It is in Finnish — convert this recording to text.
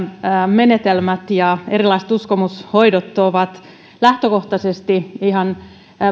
menetelmät ja erilaiset uskomushoidot ovat lähtökohtaisesti ihan